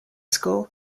school